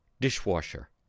dishwasher